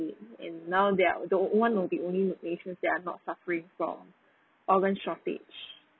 and now they're the one of the only location that are not suffering from organ shortage